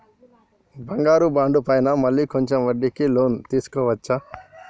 బంగారు బాండు పైన మళ్ళా కొంచెం వడ్డీకి లోన్ తీసుకోవచ్చా?